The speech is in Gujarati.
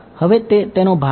હવે તે તેનો ભાગ છે